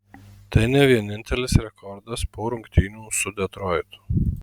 tai ne vienintelis rekordas po rungtynių su detroitu